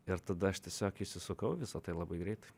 ir tada aš tiesiog įsisukau į visa tai labai greitai